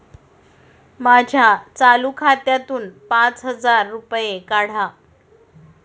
माझ्या चालू खात्यातून पाच हजार रुपये काढा